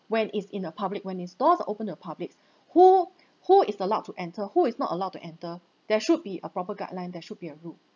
when it's in a public when its doors are open to the publics who who is allowed to enter who is not allowed to enter there should be a proper guideline there should be a rule